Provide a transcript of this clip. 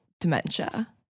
dementia